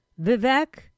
Vivek